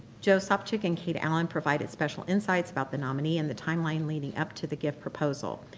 joe sopcich and kate allen provided special insights about the nominee and the timeline leading up to the gift proposal.